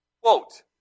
quote